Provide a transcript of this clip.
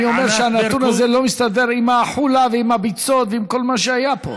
אני אומר שהנתון הזה לא מסתדר עם החולה ועם הביצות ועם כל מה שהיה פה.